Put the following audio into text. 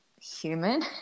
human